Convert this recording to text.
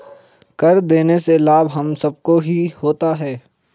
कर देने से लाभ हम सबको ही होता है